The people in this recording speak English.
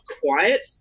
quiet